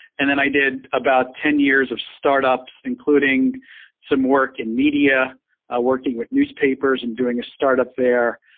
and then i did about ten years of startups including some work in media working with newspapers and doing a startup there.